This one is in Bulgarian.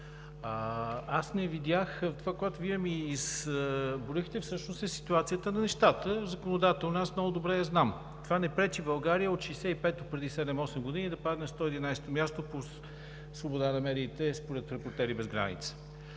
този въпрос? Това, което Вие ми изброихте, всъщност е ситуацията на нещата – законодателно. Аз много добре я знам. Това не пречи България от 65-о, преди седем-осем години, да падне на 111-о място по свобода на медиите според „Репортери без граница“.